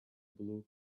blue